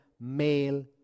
male